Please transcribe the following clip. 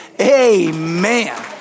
Amen